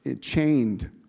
chained